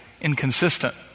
inconsistent